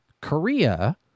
Korea